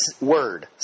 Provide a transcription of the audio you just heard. word